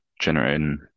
generating